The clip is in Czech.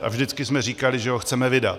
A vždycky jsme říkali, že ho chceme vydat.